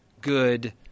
good